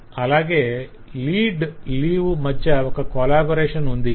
అలాగ lead - leave మధ్య ఒక కొలాబరేషన్ ఉంది